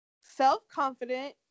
self-confident